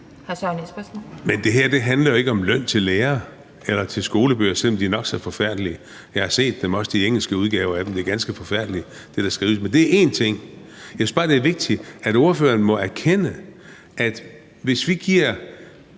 Men det her handler jo ikke om løn til lærere eller om skolebøger, selv om de er nok så forfærdelige. Jeg har set dem, også de engelske udgaver af dem. Det er ganske forfærdeligt, hvad der skrives der. Men det er én ting. Noget andet er, at jeg bare synes, det er vigtigt, at ordføreren erkender noget. Hvis jeg giver